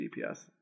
DPS